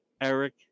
Eric